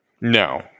No